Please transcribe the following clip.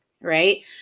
right